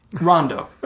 Rondo